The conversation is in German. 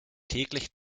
täglich